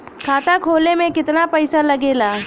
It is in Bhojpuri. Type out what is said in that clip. खाता खोले में कितना पईसा लगेला?